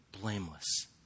blameless